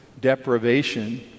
deprivation